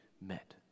met